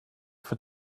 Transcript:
for